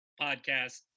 podcast